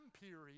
period